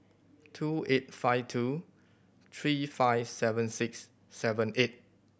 two eight five two three five seven six seven eight